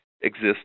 exist